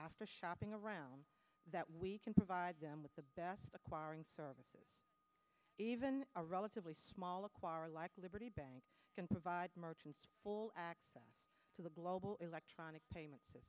after shopping around that we can provide them with the best acquiring services even a relatively small acquire like liberty bank can provide merchants full to the global electronic payment